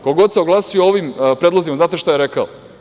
Ko god se oglasio o ovim predlozima, znate šta je rekao?